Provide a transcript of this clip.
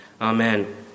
Amen